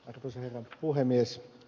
arvoisa herra puhemies